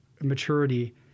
maturity